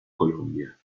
colombia